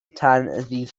ddydd